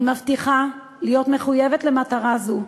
אני מבטיחה להיות מחויבת למטרה זו,